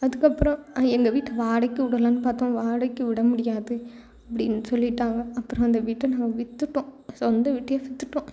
அதுக்கப்புறம் எங்கள் வீட்டை வாடகைக்கு விடலாம்னு பார்த்தோம் வாடகைக்கு விட முடியாது அப்படின்னு சொல்லிட்டாங்க அப்புறம் அந்த வீட்டை நாங்கள் வித்துட்டோம் சொந்த வீட்டையே வித்துட்டோம்